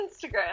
Instagram